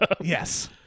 Yes